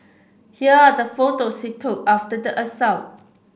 here are the photos he took after the assault